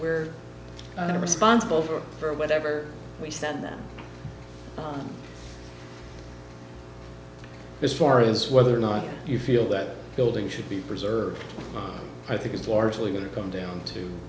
we're responsible for for whatever we send them as far as whether or not you feel that building should be preserved i think it's largely going to come down to